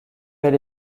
bel